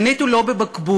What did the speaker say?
שנית, הוא לא בבקבוק.